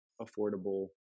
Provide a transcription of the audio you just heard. affordable